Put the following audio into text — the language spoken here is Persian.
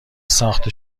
ساخته